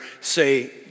say